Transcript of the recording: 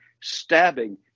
stabbing